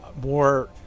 more